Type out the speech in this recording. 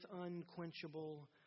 unquenchable